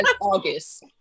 august